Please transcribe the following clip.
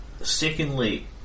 secondly